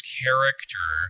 character